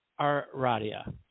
Aradia